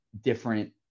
different